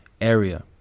Area